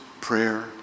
prayer